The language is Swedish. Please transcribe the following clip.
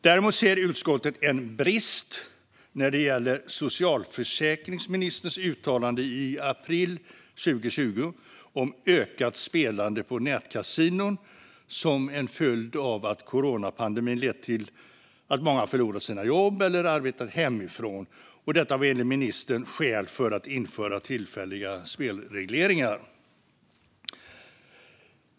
Däremot ser utskottet en brist när det gäller socialförsäkringsministerns uttalande i april 2020 om ökat spelande på nätkasinon som en följd av att coronapandemin lett till att många förlorat sina jobb eller arbetade hemifrån. Detta var enligt ministern skäl för att införa tillfälliga spelregleringar.